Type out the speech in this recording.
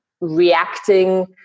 reacting